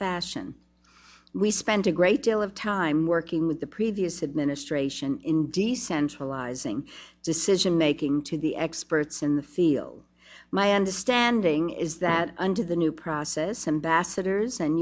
fashion we spent a great deal of time working with the previous administration in d c centralizing decision making to the experts in the field my understanding is that under the new process a